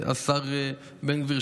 השר בן גביר,